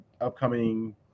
upcoming